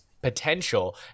potential